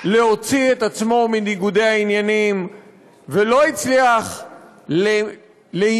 להוציא את עצמו מניגודי העניינים ולא הצליח להימנע